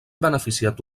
beneficiat